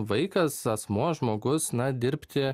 vaikas asmuo žmogus na dirbti